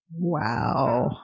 Wow